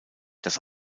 dass